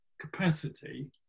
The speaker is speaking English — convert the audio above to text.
capacity